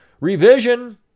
revision